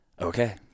okay